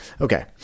Okay